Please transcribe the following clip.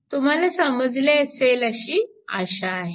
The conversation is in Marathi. तुम्हाला समजले असेल अशी आशा आहे